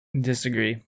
disagree